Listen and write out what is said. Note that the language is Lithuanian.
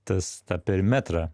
tas tą perimetrą